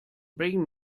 bring